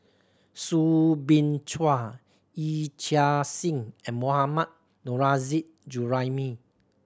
Soo Bin Chua Yee Chia Hsing and Mohammad Nurrasyid Juraimi